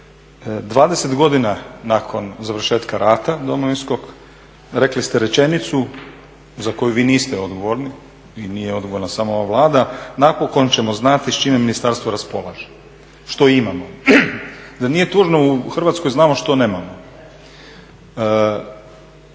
20 godina nakon završetka rata Domovinskog rekli ste rečenicu za koju vi niste odgovorni i nije odgovorna samo ova Vlada, "napokon ćemo znati s čime ministarstvo raspolaže, što imamo". Zar nije tužno u Hrvatskoj znamo što nemamo?